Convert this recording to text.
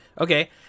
Okay